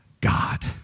God